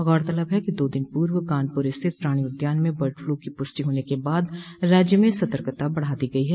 गौरतलब है कि दो दिन पूव कानपुर स्थित प्राणि उद्यान में बर्ड फ्लू की पुष्टि होने के बाद राज्य में सतर्कता बढ़ा दी गई है